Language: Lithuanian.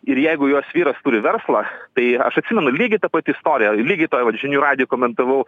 ir jeigu jos vyras turi verslą tai aš atsimenu lygiai ta pati istorija lygiai toje vat žinių radijui komentavau